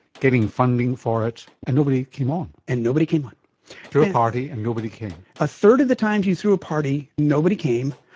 getting funding for it, and nobody came on? and nobody came on. threw a party and nobody came. a third of the time you threw a party, nobody came.